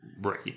Right